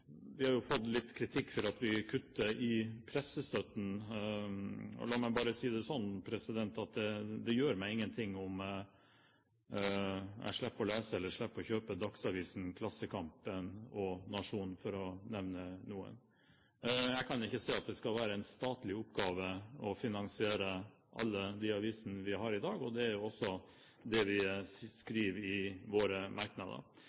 Vi har fått litt kritikk for at vi kutter i pressestøtten. Og la meg bare si det sånn: Det gjør meg ingenting om jeg slipper å lese eller kjøpe Dagsavisen, Klassekampen og Nationen, for å nevne noen. Jeg kan ikke se at det skal være en statlig oppgave å finansiere alle de avisene vi har i dag, og det er også det vi skriver i våre merknader.